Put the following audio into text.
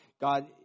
God